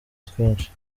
twinshi